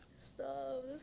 Stop